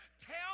Tell